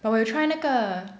but 我有 try 那个